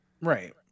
Right